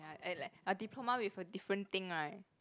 ya and like a diploma with a different thing right